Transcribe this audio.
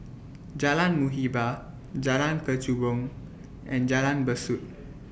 Jalan Muhibbah Jalan Kechubong and Jalan Besut